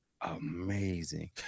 amazing